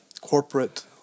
corporate